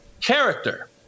character